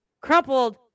crumpled